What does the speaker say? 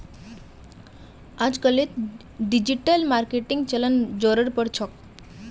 अजकालित डिजिटल मार्केटिंगेर चलन ज़ोरेर पर छोक